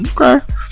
Okay